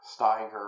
Steiger